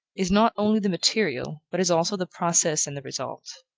is not only the material, but is also the process and the result.